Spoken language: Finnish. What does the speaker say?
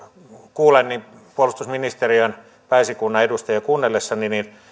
kuulen puolustusministeriön ja pääesikunnan edustajia kuunnellessani